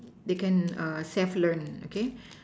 they can err self learn okay